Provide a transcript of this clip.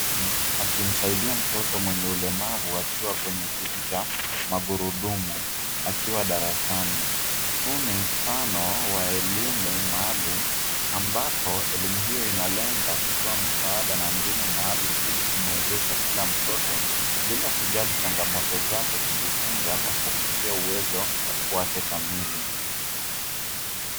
Mwalimu akimsaidia mtoto mwenye ulemavu akiwa kwenye kiti cha magurudumu, akiwa darasani. Huu ni mfano wa elimu maalum ambapo elimu hiyo inalenga kutoa msaada na mbinu maalum ili kumuwezesha kila mtoto, bila kujali changamoto zake, kujifunza ama kufikia uwezo wake kamili.